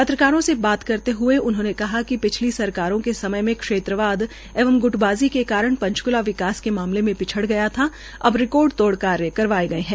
पत्रकारों से बातचीत करते हूए उन्होंने कहा कि पिछली सरकारों के समय क्षेत्रवाद एवं गृटबाज़ी के कारण पंचकुला के मामले में पिछड़ गया था अब रिकार्ड तोड़कार्य करवाए गए है